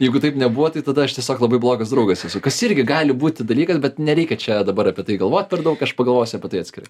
jeigu taip nebuvo tai tada aš tiesiog labai blogas draugas esu kas irgi gali būti dalykas bet nereikia čia dabar apie tai galvot per daug aš pagalvosiu apie tai atskirai